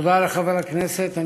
תודה לחבר הכנסת.